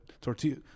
tortilla